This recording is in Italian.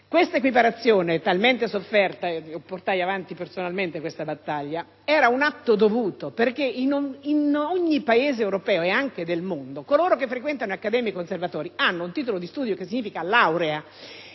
questa equiparazione, così sofferta (portai avanti personalmente questa battaglia), era un atto dovuto, perché in ogni Paese europeo e del mondo coloro che frequentano accademie e conservatori hanno un titolo di studi che corrisponde alla laurea;